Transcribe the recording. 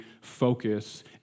focus